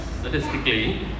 statistically